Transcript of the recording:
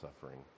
suffering